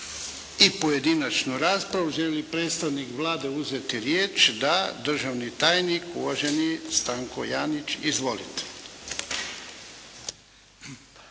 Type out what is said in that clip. i pojedinačnu raspravu. Želi li predstavnik Vlade uzeti riječ? Da. Državni tajnik, uvaženi Stanko Janić. Izvolite.